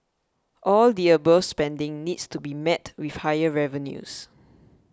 all the above spending needs to be met with higher revenues